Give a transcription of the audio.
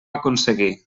aconseguir